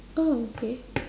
oh okay